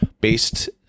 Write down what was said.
based